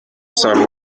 san